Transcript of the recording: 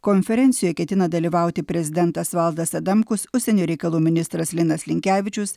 konferencijoje ketina dalyvauti prezidentas valdas adamkus užsienio reikalų ministras linas linkevičius